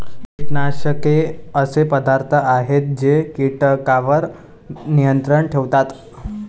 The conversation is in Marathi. कीटकनाशके असे पदार्थ आहेत जे कीटकांवर नियंत्रण ठेवतात